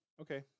Okay